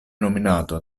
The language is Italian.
nominato